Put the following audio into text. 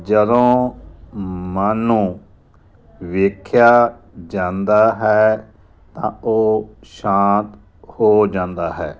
ਜਦੋਂ ਮਨ ਨੂੰ ਵੇਖਿਆ ਜਾਂਦਾ ਹੈ ਤਾਂ ਉਹ ਸ਼ਾਂਤ ਹੋ ਜਾਂਦਾ ਹੈ